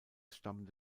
stammende